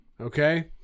Okay